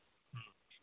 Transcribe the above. ꯑꯥ